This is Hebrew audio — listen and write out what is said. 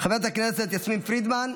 חברת הכנסת יסמין פרידמן,